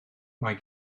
mae